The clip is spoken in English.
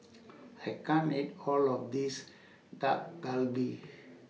I can't eat All of This Dak Galbi